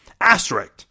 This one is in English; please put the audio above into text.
asterisk